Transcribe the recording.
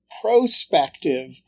Prospective